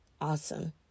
awesome